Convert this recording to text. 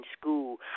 school